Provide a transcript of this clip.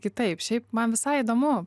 kitaip šiaip man visai įdomu